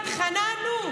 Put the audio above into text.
התחננו,